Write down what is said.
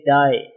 die